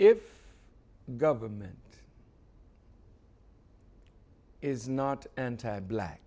the government is not anti black